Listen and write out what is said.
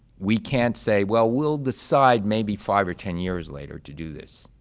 we can't say, well, we'll decide maybe five or ten years later to do this,